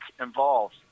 involved